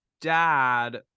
dad